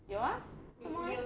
有 ah 做么 eh